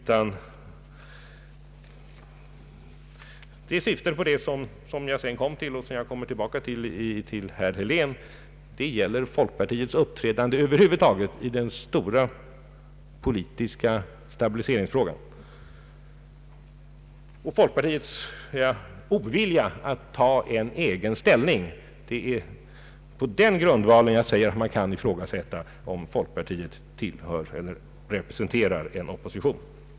Vad jag syftade på — med anledning av herr Heléns inlägg — var folkpartiets uppträdande över huvud taget i den stora politiska stabiliseringsfrågan och = folkpartiets ovilja att redovisa ett eget ställningstagande. Det är på den grundvalen som jag säger att man kan ifrågasätta om folkpartiet representerar en opposition.